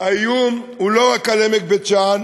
האיום הוא לא רק על עמק בית-שאן.